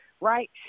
right